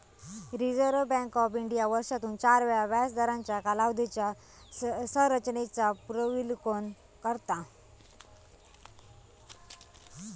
reserve bank of India वर्षातून चार वेळा व्याजदरांच्या कालावधीच्या संरचेनेचा पुनर्विलोकन करता